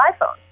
iPhone